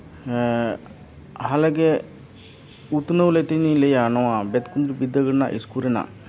ᱮᱸᱜ ᱦᱟᱞᱮᱜᱮ ᱩᱛᱱᱟᱹᱣ ᱞᱟᱹᱭᱛᱮ ᱤᱧᱤᱧ ᱞᱟᱹᱭᱟ ᱱᱚᱣᱟ ᱵᱮᱫᱠᱩᱸᱫᱽᱨᱤ ᱵᱤᱫᱽᱫᱟᱹᱜᱟᱲ ᱨᱮᱱᱟᱜ ᱤᱥᱠᱩᱞ ᱨᱮᱱᱟᱜ